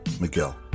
miguel